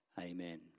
Amen